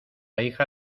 hija